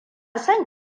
son